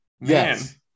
Yes